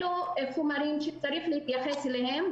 אלה חומרים שצריך להתייחס אליהם,